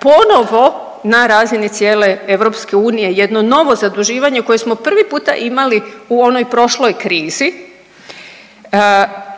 ponovo na razini cijele EU, jedno novo zaduživanje koje smo prvi puta imali u onoj prošloj krizi,